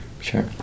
sure